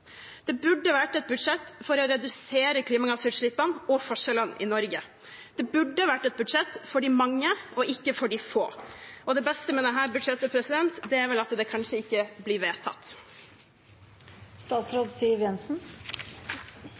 Det burde vært et budsjett for å redusere klimagassutslippene og forskjellene i Norge. Det burde vært et budsjett for de mange og ikke for de få. Det beste med dette budsjettet er vel at det kanskje ikke blir vedtatt.